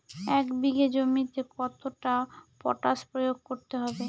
এক বিঘে জমিতে কতটা পটাশ প্রয়োগ করতে হবে?